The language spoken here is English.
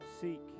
Seek